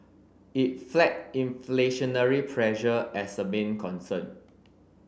it flagged inflationary pressure as a main concern